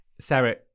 Sarah